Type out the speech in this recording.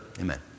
amen